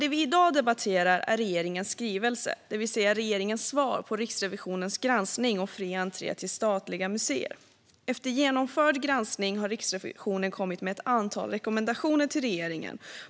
Det vi i dag debatterar är regeringens skrivelse, det vill säga regeringens svar på Riksrevisionens granskning om fri entré till statliga museer. Efter genomförd granskning har Riksrevisionen kommit med ett antal rekommendationer till regeringen.